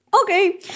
Okay